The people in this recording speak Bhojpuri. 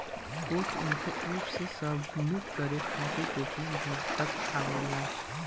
पोस्ट इन्फो एप से सबमिट करे खातिर पोस्टमैन घर तक आवला